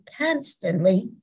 constantly